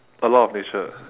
a law of nature